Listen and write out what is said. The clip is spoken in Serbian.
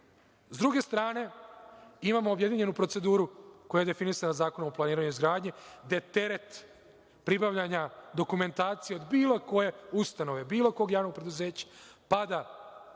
druge strane, imamo objedinjenu proceduru koja je definisana Zakonom o planiranju i izgradnji gde teret pribavljanja dokumentacije od bilo koje ustanove, bilo kog javnog preduzeća pada